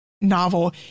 novel